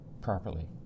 properly